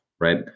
Right